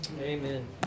Amen